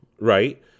right